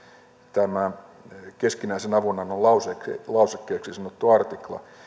tämä keskinäisen avunannon lausekkeeksi lausekkeeksi sanottu artikla